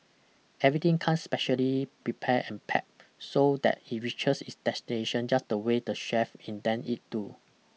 everything comes specially prepare and packed so that it reaches its destination just the way the chef intend it to